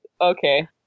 okay